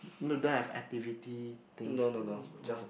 no don't have activity things oh